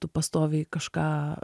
tu pastoviai kažką